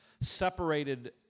separated